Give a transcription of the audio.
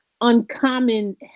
Uncommon